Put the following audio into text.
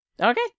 okay